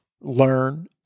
learn